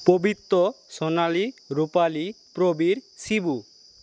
পবিত্র সোনালি রুপালি প্রবীর শিবু